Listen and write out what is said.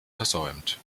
versäumt